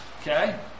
Okay